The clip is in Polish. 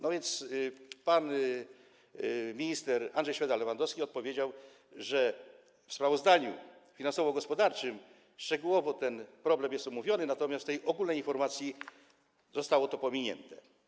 No więc pan minister Andrzej Szweda-Lewandowski odpowiedział, że w sprawozdaniu finansowo-gospodarczym szczegółowo ten problem jest omówiony, natomiast w tej ogólnej informacji zostało to pominięte.